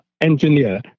engineer